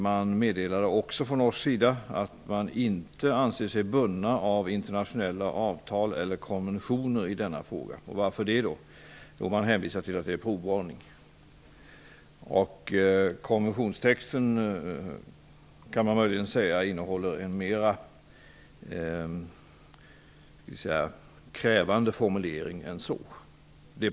Man meddelade också att man från norsk sida inte anser sig bli bunden av internationella avtal eller konventioner i denna fråga. Varför det? Jo, man hänvisar till att det handlar om provborrning. Enligt konventionen krävs mer i det avseendet.